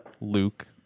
Luke